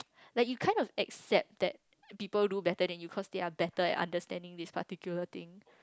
like you kind of accept that people do better than you cause they are better at understanding this particular thing